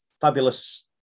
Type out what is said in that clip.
fabulous